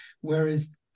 Whereas